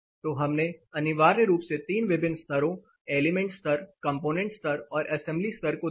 तो हमने अनिवार्य रूप से 3 विभिन्न स्तरों एलिमेंट स्तर कंपोनेंट स्तर और असेंबली स्तर को देखा